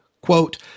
Quote